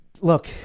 look